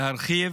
להרחיב